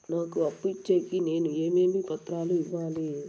నాకు అప్పు ఇచ్చేకి నేను ఏమేమి పత్రాలు ఇవ్వాలి